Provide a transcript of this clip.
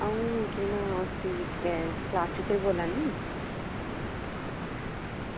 अं'ऊ केह् नांऽ उसदी क्लास टीचर बोला नी